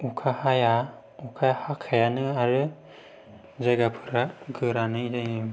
अखा हाया अखा हाखायानो आरो जायगाफोरा गोरानै थायो